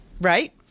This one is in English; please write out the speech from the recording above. Right